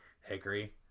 Hickory